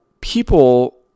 people